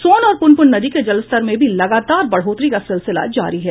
सोन और पुनपुन नदी के जलस्तर में भी लगातार बढ़ोतरी का सिलसिला जारी है